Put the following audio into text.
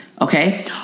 Okay